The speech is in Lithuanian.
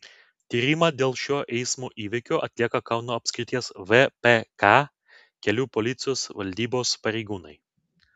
tyrimą dėl šio eismo įvykio atlieka kauno apskrities vpk kelių policijos valdybos pareigūnai